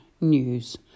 News